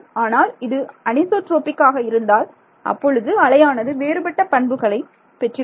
ஆனால் இது அனிசோட்ரோபிக் ஆக இருந்தால் அப்பொழுது அலையானது வேறுபட்ட பண்புகளை பெற்றிருக்கும்